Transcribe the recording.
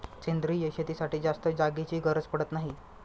सेंद्रिय शेतीसाठी जास्त जागेची गरज पडत नाही